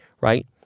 right